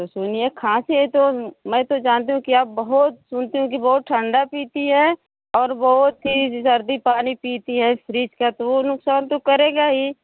तो सुनिए खाँसी तो मैं तो जानती हूँ के आप बहुत सुनती हूँ के बहुत ठंडा पीती हैं और बहुत ही जल्दी पहाड़ी पीटी है फ्रिज का तो वो नुकसान तो करेगा ही